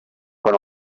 quan